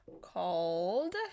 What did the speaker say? called